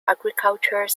agriculture